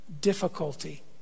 difficulty